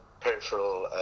peripheral